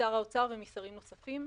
משר האוצר ומשרים נוספים,